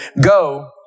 Go